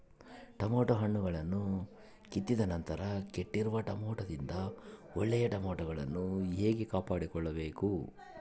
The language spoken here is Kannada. ಟೊಮೆಟೊ ಹಣ್ಣುಗಳನ್ನು ಕಿತ್ತಿದ ನಂತರ ಕೆಟ್ಟಿರುವ ಟೊಮೆಟೊದಿಂದ ಒಳ್ಳೆಯ ಟೊಮೆಟೊಗಳನ್ನು ಹೇಗೆ ಕಾಪಾಡಿಕೊಳ್ಳಬೇಕು?